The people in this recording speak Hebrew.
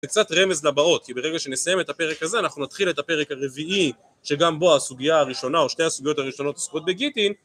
קצת רמז לבאות, כי ברגע שנסיים את הפרק הזה, אנחנו נתחיל את הפרק הרביעי שגם בו הסוגיה הראשונה או שתי הסוגיות הראשונות עוסקות בגיטין